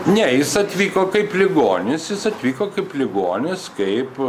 ne jis atvyko kaip ligonis jis atvyko kaip ligonis kaip